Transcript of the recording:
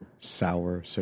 Sour